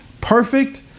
perfect